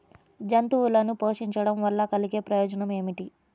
జంతువులను పోషించడం వల్ల కలిగే ప్రయోజనం ఏమిటీ?